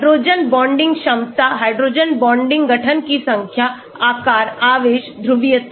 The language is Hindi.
हाइड्रोजन बॉन्डिंग क्षमता हाइड्रोजन बॉन्डिंग गठन की संख्या आकार आवेश ध्रुवीयता